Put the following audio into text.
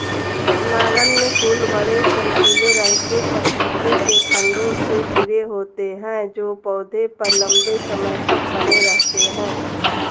नगण्य फूल बड़े, चमकीले रंग के पपीते के खण्डों से घिरे होते हैं जो पौधे पर लंबे समय तक बने रहते हैं